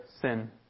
sin